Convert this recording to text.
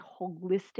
holistic